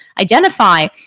identify